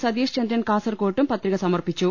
സതീഷ് ചന്ദ്രൻ കാസർകോട്ടും പത്രിക സമർപ്പിച്ചു